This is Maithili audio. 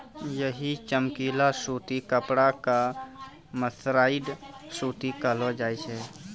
यही चमकीला सूती कपड़ा कॅ मर्सराइज्ड सूती कहलो जाय छै